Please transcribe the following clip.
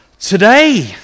today